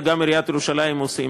וגם עיריית ירושלים עושות.